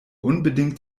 unbedingt